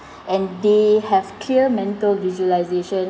and they have clear mental visualisation